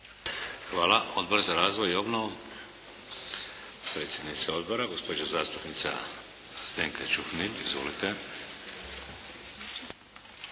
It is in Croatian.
Hvala. Odbor za razvoj i obnovu? Predsjednica Odbora gospođa zastupnica Zdenka Čuhnil, izvolite.